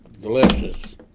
Delicious